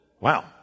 Wow